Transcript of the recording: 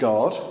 God